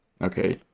Okay